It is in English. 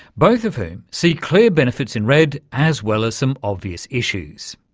both of whom see clear benefits in redd as well as some obvious issues.